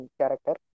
character